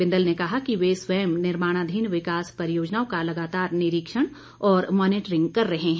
बिंदल ने कहा कि वे स्वयं निर्माणाधीन विकास परियोजनाओं का लगातार निरीक्षण और मॉनिटरिंग कर रहे हैं